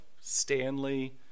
Stanley